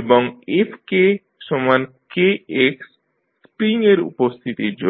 এবং FkKx spring এর উপস্থিতির জন্য